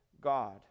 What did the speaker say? God